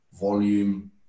volume